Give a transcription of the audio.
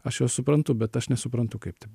aš juos suprantu bet aš nesuprantu kaip taip